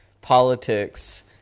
politics